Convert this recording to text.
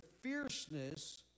fierceness